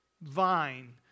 vine